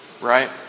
right